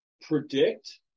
predict